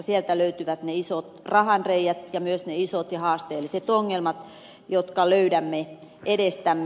sieltä löytyvät ne isot rahanreiät ja myös ne isot ja haasteelliset ongelmat jotka löydämme edestämme